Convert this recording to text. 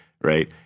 right